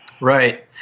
Right